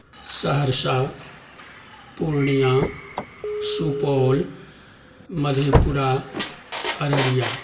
Saharsa Purnia Supaul Madhepura Araria